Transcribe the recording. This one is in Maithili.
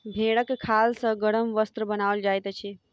भेंड़क खाल सॅ गरम वस्त्र बनाओल जाइत अछि